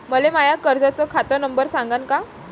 मले माया कर्जाचा खात नंबर सांगान का?